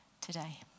today